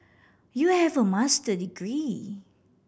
you have a Master degree